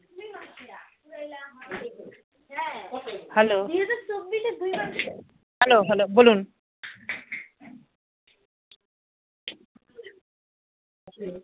hello hello hello বলুন